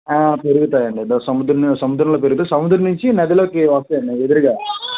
పెరుగుతాయి అండి సముద్రంలో సముద్రంలో పెరుగు సముద్రం నుంచి నదిలోకి వస్తాయండి ఎదురుగా